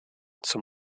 zum